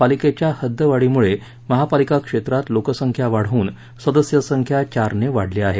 पालिकेच्या हदवाढीमुळे महापालिका क्षेत्रात लोकसंख्या वाढ होऊन सदस्य संख्या चार ने वाढली आहे